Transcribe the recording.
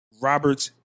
Roberts